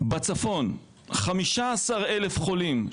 בצפון 15,000 חולים,